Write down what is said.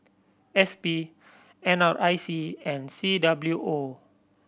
S P N R I C and C W O